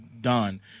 done